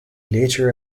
later